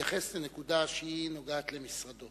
להתייחס לנקודה שנוגעת למשרדו